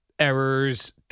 Errors